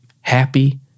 happy